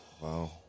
Wow